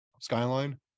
Skyline